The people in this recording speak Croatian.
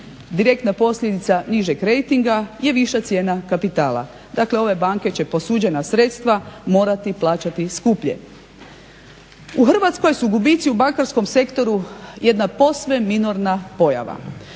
Direktna posljedica nižeg rejtinga je viša cijena kapitala. Dakle, ove banke će posuđena sredstva morati plaćati skuplje. U Hrvatskoj su gubici u bankarskom sektoru jedan posve minorna pojava.